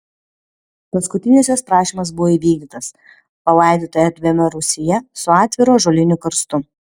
paskutinis jos prašymas buvo įvykdytas palaidota erdviame rūsyje su atviru ąžuoliniu karstu